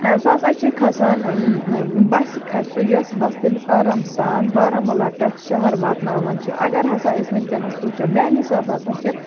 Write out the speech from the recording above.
سُہ ہَسا چھُ کھَسان بَسہِ کھَسہِ سُہ یۄس بَس تمِس آرام سان بارامُلا پیٹھِ شَہَر واتناوان چھِ اگر ہَسا أسۍ وٕنکیٚنَس وٕچھو میانہِ حِساب ہَسا چھِ